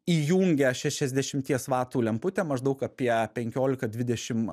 įjungia šešiasdešimties vatų lemputė maždaug apie penkiolika dvidešimt